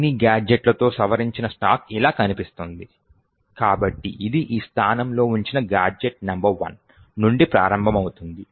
అన్ని గాడ్జెట్లతో సవరించిన స్టాక్ ఇలా కనిపిస్తుంది కాబట్టి ఇది ఈ స్థానంలో ఉంచిన గాడ్జెట్ నంబర్1 నుండి ప్రారంభమవుతుంది